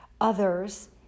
others